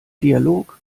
dialog